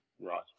Right